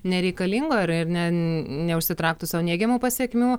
nereikalingo ir ne neužsitrauktų sau neigiamų pasekmių